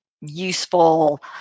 useful